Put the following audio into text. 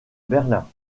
berlin